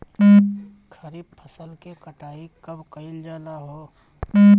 खरिफ फासल के कटाई कब कइल जाला हो?